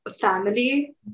family